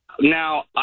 Now